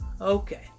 Okay